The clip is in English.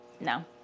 No